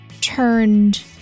turned